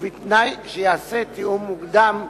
ובתנאי שייעשה תיאום מוקדם ודומה,